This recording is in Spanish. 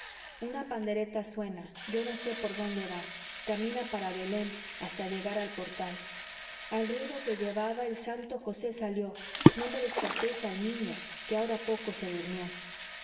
una pandereta suena yo no sé por dónde va camina para belén hasta llegar al portal al ruido que llevaba el santo josé salió no me despertéis al niño que ahora poco se durmió